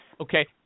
Okay